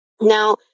Now